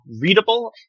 readable